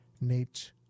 Nate